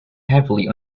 heavily